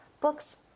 books